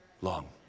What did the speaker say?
long